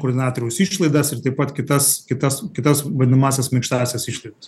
koordinatoriaus išlaidas ir taip pat kitas kitas kitas vadinamąsias minkštąsias išlaidas